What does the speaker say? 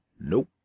Nope